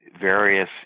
various